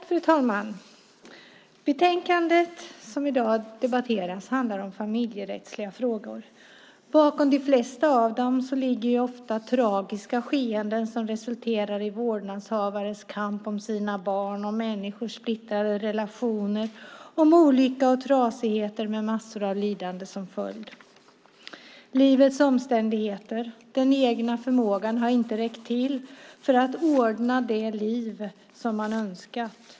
Fru talman! Betänkandet som i dag debatteras handlar om familjerättsliga frågor. Bakom de flesta av dem ligger tragiska skeenden som resulterar i vårdnadshavares kamp om sina barn, människors splittrade relationer och olycka och trasighet med massor av lidande som följd. Livets omständigheter och den egna förmågan har inte räckt till för att ordna det liv som man önskat.